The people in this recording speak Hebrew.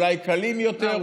אולי קלים יותר,